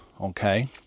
Okay